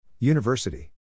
University